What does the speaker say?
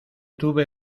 tuve